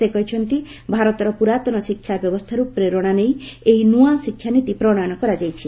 ସେ କହିଛନ୍ତି ଭାରତର ପୁରାତନ ଶିକ୍ଷା ବ୍ୟବସ୍ଥାରୁ ପ୍ରେରଣା ନେଇ ଏହି ନୂଆ ଶିକ୍ଷାନୀତି ପ୍ରଣୟନ କରାଯାଇଛି